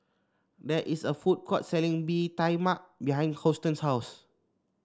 there is a food court selling Bee Tai Mak behind Houston's house